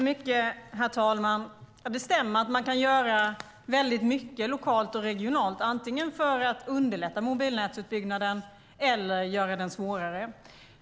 Herr talman! Det stämmer att man kan göra mycket lokalt och regionalt, antingen för att underlätta mobilnätsutbyggnaden eller för att göra den svårare.